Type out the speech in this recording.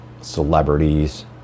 celebrities